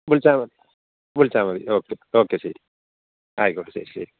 വിളിച്ചാ വിളിച്ചാൽ മതി ഓക്കെ ഓക്കെ ശരി ആയിക്കോട്ടെ ശരി ശരി